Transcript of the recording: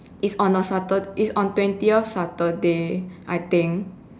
is on a satur~ is on twentieth saturday I think